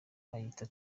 ayita